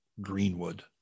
Greenwood